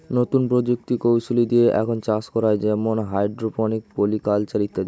নতুন প্রযুক্তি কৌশলী দিয়ে এখন চাষ করা হয় যেমন হাইড্রোপনিক, পলি কালচার ইত্যাদি